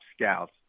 scouts